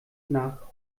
nach